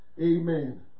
Amen